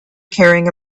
carrying